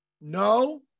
no